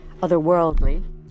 otherworldly